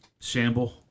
shamble